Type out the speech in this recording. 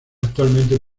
actualmente